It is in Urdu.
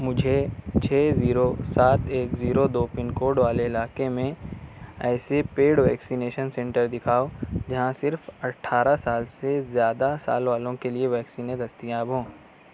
مجھے چھ زیرو سات ایک زیرو دو پن کوڈ والے علاقے میں ایسے پیڈ ویکسینیشن سینٹر دکھاؤ جہاں صرف اٹھارہ سال سے زیادہ سال والوں کے لیے ویکسینیں دستیاب ہوں